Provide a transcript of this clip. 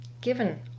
given